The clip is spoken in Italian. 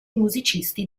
musicisti